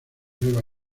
nueva